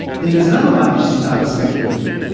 then there's another one which is entirely speculative.